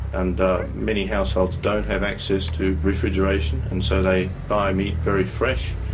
and ah many households don't have access to refrigeration and so they buy meat very fresh,